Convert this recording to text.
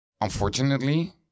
Unfortunately